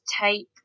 take